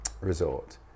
resort